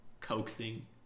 coaxing